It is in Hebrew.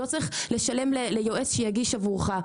ועוד צריך לשלם ליועץ שיגיש עבורך.